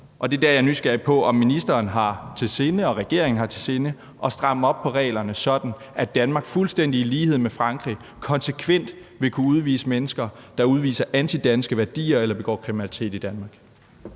Det er der, jeg er nysgerrig på, om ministeren og regeringen har i sinde at stramme op på reglerne, sådan at Danmark fuldstændig i lighed med Frankrig konsekvent vil kunne udvise mennesker, der udviser antidanske værdier eller begår kriminalitet i Danmark.